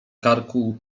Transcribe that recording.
karku